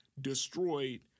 destroyed